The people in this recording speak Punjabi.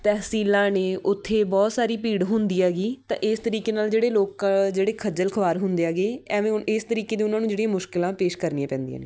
ਤਹਿਸੀਲਾਂ ਨੇ ਉੱਥੇ ਬਹੁਤ ਸਾਰੀ ਭੀੜ ਹੁੰਦੀ ਹੈਗੀ ਤਾਂ ਇਸ ਤਰੀਕੇ ਨਾਲ ਜਿਹੜੇ ਲੋਕ ਜਿਹੜੇ ਖੱਜਲ ਖਵਾਰ ਹੁੰਦੇ ਹੈਗੇ ਐਵੇਂ ਹੁਣ ਇਸ ਤਰੀਕੇ ਦੀ ਉਹਨਾਂ ਨੂੰ ਜਿਹੜੀਆਂ ਮੁਸ਼ਕਿਲਾਂ ਪੇਸ਼ ਕਰਨੀਆਂ ਪੈਂਦੀਆਂ ਨੇ